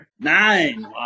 Nine